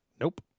Nope